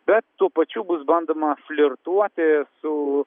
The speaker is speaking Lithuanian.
bet tuo pačiu bus bandoma flirtuoti su